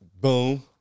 Boom